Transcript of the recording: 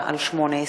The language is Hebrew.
פ/2407/18